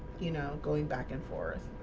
you know, going back and forth